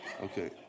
okay